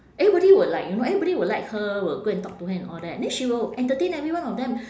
everybody would like you know everybody will like her will go and talk to her and all that then she will entertain everyone of them